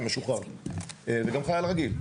משוחרר וגם חייל רגיל,